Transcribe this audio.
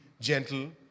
gentle